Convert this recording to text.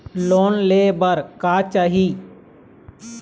Loan ले बार का चाही?